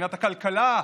מבחינת הכלכלה,